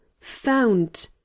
Found